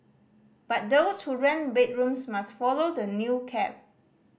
but those who rent bedrooms must follow the new cap